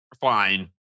Fine